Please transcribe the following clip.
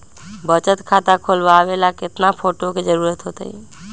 बचत खाता खोलबाबे ला केतना फोटो के जरूरत होतई?